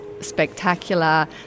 spectacular